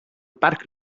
parc